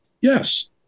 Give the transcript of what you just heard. yes